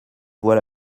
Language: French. vois